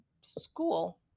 school